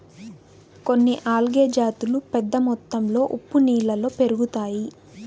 కొన్ని ఆల్గే జాతులు పెద్ద మొత్తంలో ఉప్పు నీళ్ళలో పెరుగుతాయి